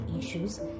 issues